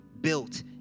built